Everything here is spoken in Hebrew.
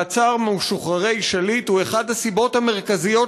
מעצר משוחררי שליט הוא אחת הסיבות המרכזיות